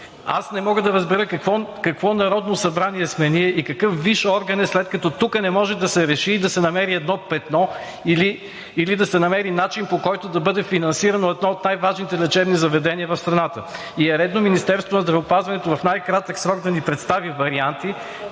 Аз не мога да разбера какво Народно събрание сме ние и какъв висш орган е, след като тук не може да се реши да се намери едно петно или да се намери начин, по който да бъде финансирано едно от най-важните лечебни заведения в страната! Редно е Министерството на здравеопазването в най-кратък срок да ни представи варианти